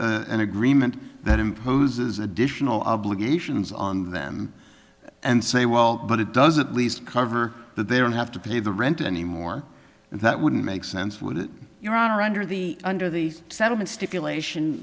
an agreement that imposes additional obligations on them and say well but it does at least cover that there and have to pay the rent anymore that wouldn't make sense with your honor under the under the settlement stipulation